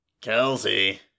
Kelsey